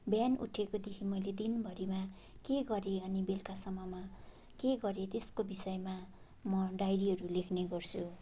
बिहान उठेकोदेखि मैले दिनभरिमा के गरेँ अनि बेलुकासम्ममा के गरेँ त्यसको विषयमा म डायरीहरू लेख्ने गर्छु